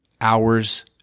hours